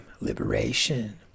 liberation